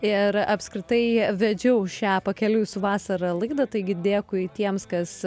ir apskritai vedžiau šią pakeliui su vasara laidą taigi dėkui tiems kas